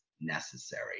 necessary